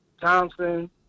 Thompson